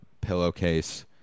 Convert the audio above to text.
pillowcase